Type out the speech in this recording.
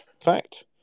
fact